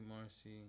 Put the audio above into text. Marcy